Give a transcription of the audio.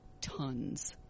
tons